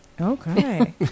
okay